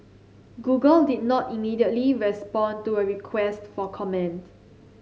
google did not immediately respond to a request for comment